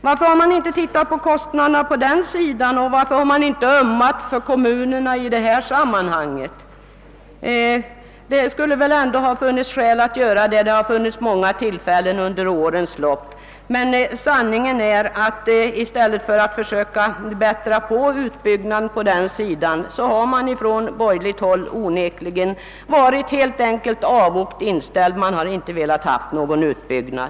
Varför har ni inte beaktat kostnaderna på det området och varför har ni inte ömmat för kommunerna i detta sammanhang? Det skulle väl ändå ha funnits skäl att göra det, och det har funnits många tillfällen under årens lopp. Sanningen är dock att man på borgerligt håll, i stället för att försöka åstadkomma en utbyggnad, helt enkelt varit avogt inställd. Man har inte velat ha någon utbyggnad.